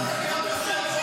אתה פתאום אלים.